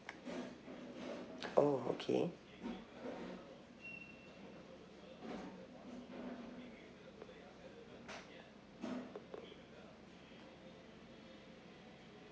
oh okay